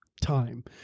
Time